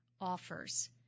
offers